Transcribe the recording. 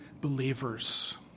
believers